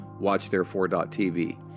watchtherefore.tv